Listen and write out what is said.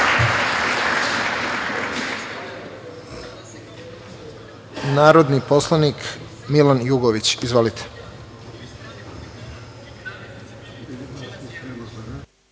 narodni poslanik Milan Jugović. Izvolite.